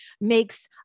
makes